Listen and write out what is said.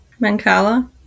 Mancala